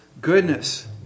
goodness